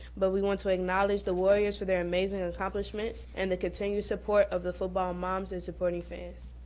but we want to acknowledge the warriors for their amazing accomplishments and the continued support of the football moms and supporting fans.